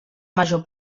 major